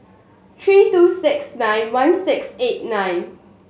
three two six nine one six eight nine